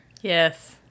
Yes